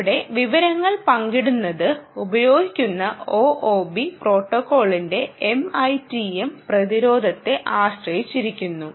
ഇവിടെ വിവരങ്ങൾ പങ്കിടുന്നതിന് ഉപയോഗിക്കുന്ന ഠഠB പ്രോട്ടോക്കോളിന്റെ MITM പ്രതിരോധത്തെ ആശ്രയിച്ചിരിക്കുന്നു